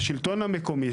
השלטון המקומי,